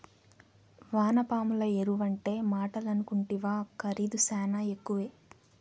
వానపాముల ఎరువంటే మాటలనుకుంటివా ఖరీదు శానా ఎక్కువే